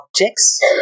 objects